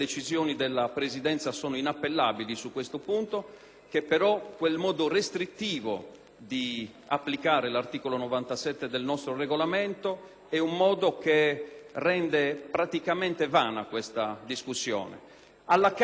di applicare l'articolo 97 del nostro Regolamento rende praticamente vana questa discussione. Alla Camera hanno discusso per poi concentrare la decisione su nove disegni di legge.